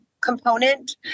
component